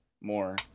more